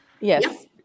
yes